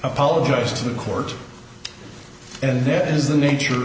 apologize to the court and that is the nature of